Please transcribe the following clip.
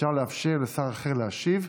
אפשר לאפשר לשר אחר להשיב.